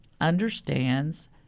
understands